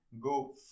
go